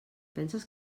penses